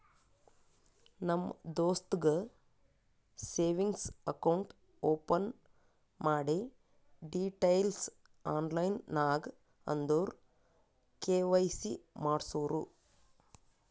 ನಮ್ ದೋಸ್ತಗ್ savings account open ಮಾಡಿ ಡೀಟೈಲ್ಸ್ ಆನ್ಲೈನ್ ನಾಗ್ ಅಂದುರ್ ಕೆ.ವೈ.ಸಿ ಮಾಡ್ಸುರು